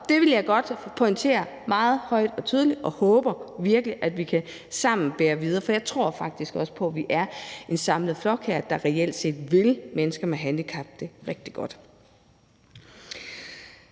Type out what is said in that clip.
det vil jeg godt pointere meget højt og tydeligt, og jeg håber virkelig, at vi sammen kan bære det videre. For jeg tror faktisk også på, at vi her er en samlet flok, der reelt set vil mennesker med handicap det rigtig godt.